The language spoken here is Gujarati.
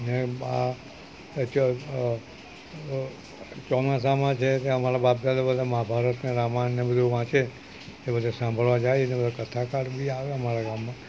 ને આ ચોમાસામાં છે કે અમારા બાપ દાદા બધા મહાભારત ને રામાયણ ને બધુ વાંચે એ બધે સાંભળવા જાય ને બધા કથાકાર બી આવે અમારા ગામમાં